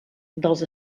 dels